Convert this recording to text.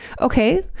Okay